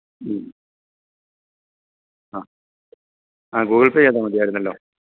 ഉം ആ ആ ഗൂഗിള് പേ ചെയ്താല് മതിയായിരുന്നുവല്ലോ